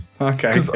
Okay